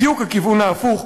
בדיוק הכיוון ההפוך,